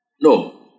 No